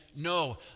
no